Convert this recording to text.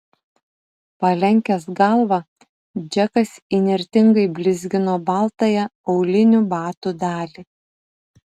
palenkęs galvą džekas įnirtingai blizgino baltąją aulinių batų dalį